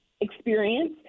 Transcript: experience